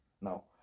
Now